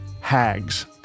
hags